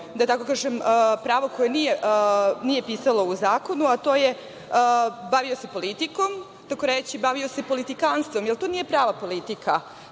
da tako kažem, pravo koje nije pisalo u zakonu, bavio se politikom, takoreći, bavio se politikanstvom, jer to nije prava politika.